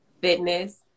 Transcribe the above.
fitness